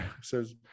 says